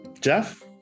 Jeff